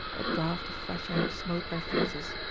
a draught of fresh air smote their faces.